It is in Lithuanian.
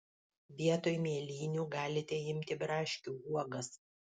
vietoj mėlynių galite imti braškių uogas